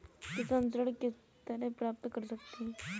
किसान ऋण किस तरह प्राप्त कर सकते हैं?